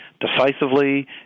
decisively